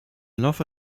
laufe